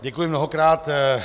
Děkuji mnohokrát.